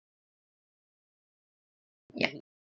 ya